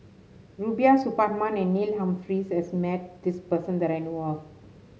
Rubiah Suparman and Neil Humphreys has met this person that I know of